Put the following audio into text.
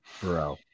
Bro